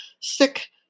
sick